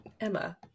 Emma